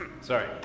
sorry